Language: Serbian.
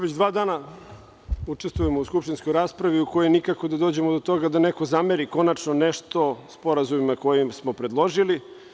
Već dva dana učestvujemo u skupštinskoj raspravi u kojoj nikako da dođemo do toga da neko zameri konačno nešto sporazumima koje smo predložili.